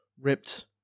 ripped